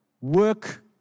work